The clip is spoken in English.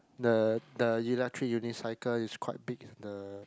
the the electric unicycle is quite big the